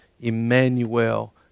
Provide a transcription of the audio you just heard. Emmanuel